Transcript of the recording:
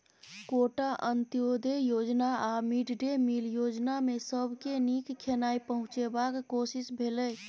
quota, Antyodaya योजना आ mid day meal योजनामे सबके नीक खेनाइ पहुँचेबाक कोशिश भेलै